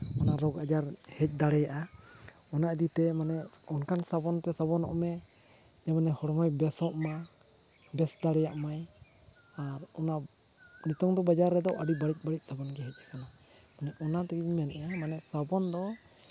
ᱨᱳᱜᱽᱼᱟᱡᱟᱨ ᱦᱮᱡᱽ ᱫᱟᱲᱮᱭᱟᱜᱼᱟ ᱚᱱᱟ ᱤᱫᱤ ᱛᱮ ᱢᱟᱱᱮ ᱚᱱᱠᱟᱱ ᱥᱟᱵᱚᱱ ᱛᱮ ᱥᱟᱵᱚᱱᱚᱜ ᱢᱮ ᱢᱟᱱᱮ ᱦᱚᱲᱢᱚ ᱵᱮᱥᱚᱜ ᱢᱟ ᱵᱮᱥ ᱫᱟᱲᱮᱭᱟᱜ ᱢᱟᱭ ᱟᱨ ᱚᱱᱟ ᱱᱤᱛᱳᱝ ᱫᱚ ᱵᱟᱡᱟᱨ ᱨᱮᱫᱚ ᱟᱹᱰᱤ ᱵᱟᱹᱲᱤᱡᱼᱵᱟᱹᱲᱤᱡ ᱥᱟᱵᱚᱱ ᱜᱮ ᱦᱮᱡ ᱟᱠᱟᱱᱟ ᱢᱟᱱᱮ ᱚᱱᱟ ᱛᱮᱜᱮᱧ ᱢᱮᱱᱮᱜᱼᱟ ᱢᱟᱱᱮ ᱥᱟᱵᱚᱱ ᱫᱚ